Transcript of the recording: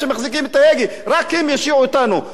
רק הם יושיעו אותנו, רק הם יצילו אותנו.